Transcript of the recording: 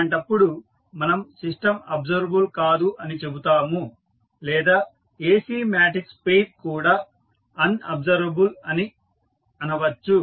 అలాంటప్పుడు మనం system observable కాదు అని చెబుతాము లేదా A C మాట్రిక్స్ పెయిర్ కూడా అన్ అబ్సర్వబుల్ అని అనవచ్చు